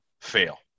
fail